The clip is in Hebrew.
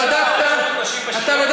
הגופים הללו מנסים, זה קשור לשירות נשים בשריון?